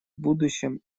будущем